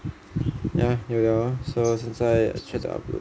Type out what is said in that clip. ya 有 liao ah so 现在 try to upload